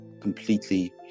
completely